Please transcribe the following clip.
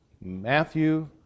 Matthew